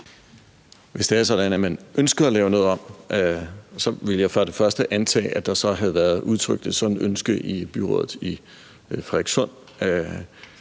Hvis det var sådan, at man ønskede at lave noget om, ville jeg for det første antage, at der er så havde været udtrykt et sådan ønske i byrådet i Frederikssund.